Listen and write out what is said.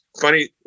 funny